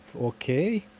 okay